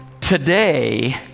Today